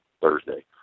Thursday